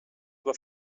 were